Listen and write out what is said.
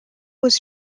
was